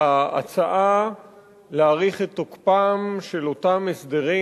להצעה להאריך את תוקפם של אותם הסדרים